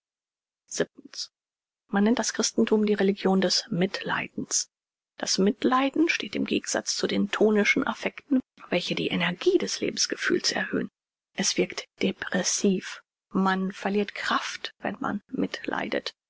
man nennt das christentum die religion des mitleidens das mitleiden steht im gegensatz zu den tonischen affekten welche die energie des lebensgefühls erhöhn es wirkt depressiv man verliert kraft wenn man mitleidet